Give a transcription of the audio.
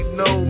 no